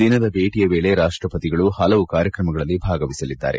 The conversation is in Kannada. ದಿನದ ಭೇಟಿಯ ವೇಳಿ ರಾಷ್ಟಪತಿಗಳು ಹಲವು ಕಾರ್ಯಕ್ರಮಗಳಲ್ಲಿ ಭಾಗವಹಿಸಲಿದ್ದಾರೆ